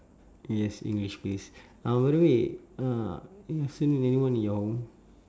yes english please uh by the way uh you have seen anyone in your